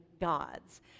gods